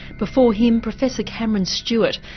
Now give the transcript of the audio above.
before him professor cameron stewart,